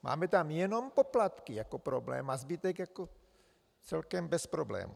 Máme tam jenom poplatky jako problém a zbytek je celkem bez problému.